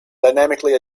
dynamically